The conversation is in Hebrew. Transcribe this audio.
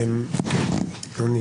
אני